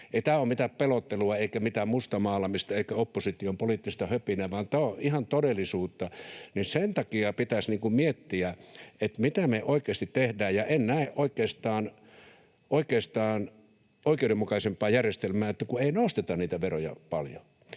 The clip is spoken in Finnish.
Ei tämä ole mitään pelottelua eikä mitään mustamaalaamista eikä opposition poliittista höpinää, vaan tämä on ihan todellisuutta. Sen takia pitäisi miettiä, mitä me oikeasti tehdään. Ja en näe oikeastaan oikeudenmukaisempaa järjestelmää kuin se, että ei nosteta niitä veroja paljon.